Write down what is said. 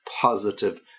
positive